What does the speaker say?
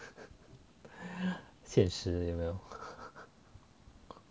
显示有没有